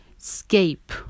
escape